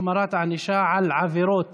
החמרת הענישה על עבירות